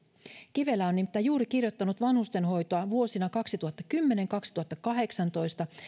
kivelä on nimittäin juuri kirjoittanut vanhustenhoitoa vuosina kaksituhattakymmenen viiva kaksituhattakahdeksantoista